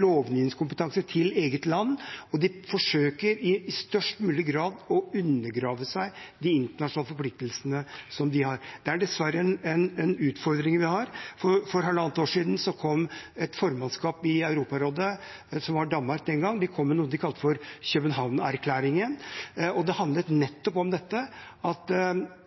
lovgivningskompetanse til eget land, og de forsøker i størst mulig grad å unndra seg de internasjonale forpliktelsene som de har. Det er dessverre en utfordring vi har. For halvannet år siden kom et formannskap i Europarådet – som var Danmark den gang – med noe de kalte for Københavnerklæringen. Det handlet nettopp om dette,